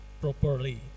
properly